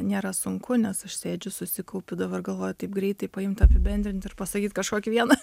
nėra sunku nes aš sėdžiu susikaupiu dabar galvoju taip greitai paimt apibendrint ir pasakyt kažkokį vieną